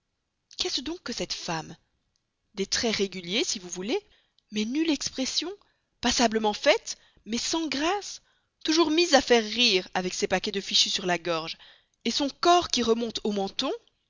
qu'est-ce donc que cette femme des traits réguliers si vous voulez mais nulle expression passablement faite mais sans grâce toujours mise à faire rire avec ses paquets de fichus sur la gorge son corps qui remonte au menton